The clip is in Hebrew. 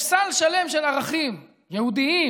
יש סל שלם של ערכים יהודיים